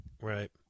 right